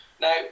Now